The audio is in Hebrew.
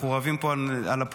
אנחנו רבים פה על הפוליטיקה,